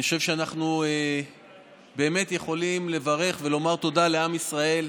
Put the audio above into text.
אני חושב שאנחנו באמת יכולים לברך ולומר תודה לעם ישראל,